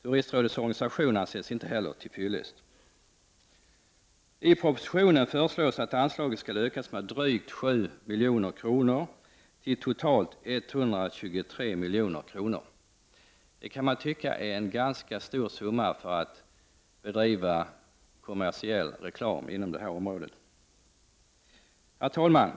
Turistrådets organisation anses inte heller till fyllest. I propositionen föreslås att anslaget skall ökas med drygt 7 milj.kr. till totalt 123 milj.kr. Det kan tyckas vara en ganska stor summa för att bedriva kommersiell reklam inom det här området. Herr talman!